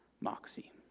moxie